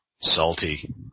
salty